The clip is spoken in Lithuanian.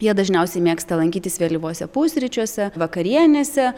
jie dažniausiai mėgsta lankytis vėlyvuose pusryčiuose vakarienėse